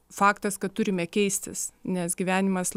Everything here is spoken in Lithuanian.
faktas kad turime keistis nes gyvenimas